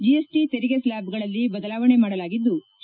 GST ತೆರಿಗೆ ಸ್ವಾಬ್ಗಳಲ್ಲಿ ಬದಲಾವಣೆ ಮಾಡಲಾಗಿದ್ಲು